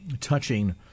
touching